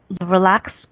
relax